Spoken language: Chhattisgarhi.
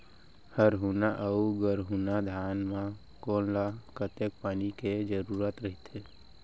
हरहुना अऊ गरहुना धान म कोन ला कतेक पानी के जरूरत रहिथे?